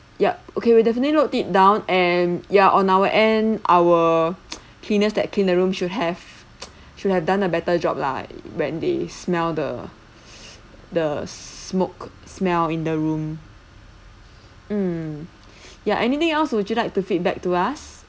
yup okay we definitely note it down and ya on our end our cleaners that clean the room should have should have done a better job lah when they smell the the smoke smell in the room mm ya anything else would you like to feedback to us